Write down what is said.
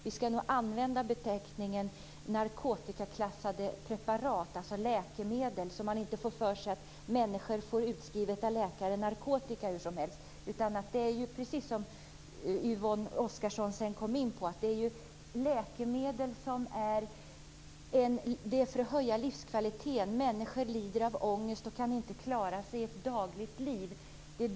Vi skall nog använda beteckningen narkotikaklassade preparat, dvs. läkemedel, så att man inte får för sig att människor får narkotika utskrivet av läkare hur som helst. Det är precis som Yvonne Oscarsson sedan kom in på. Det är läkemedel som skall höja livskvaliteten. Människor lider av ångest och kan inte klara sitt dagliga liv.